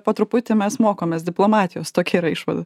po truputį mes mokomės diplomatijos tokia yra išvada